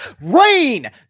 Rain